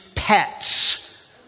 pets